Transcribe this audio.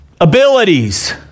abilities